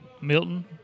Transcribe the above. Milton